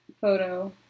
photo